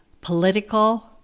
political